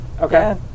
Okay